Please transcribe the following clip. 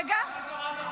את לא שמעת איך הוא קרא לו.